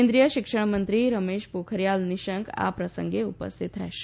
કેન્દ્રીય શિક્ષણમંત્રી રમેશ પોખરીયાલ નિશંક આ પ્રસંગે ઉપસ્થિત રહેશે